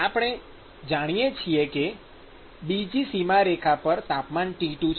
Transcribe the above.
આપણે જાણીએ છીએ કે બીજી સીમા પર તાપમાન T2 છે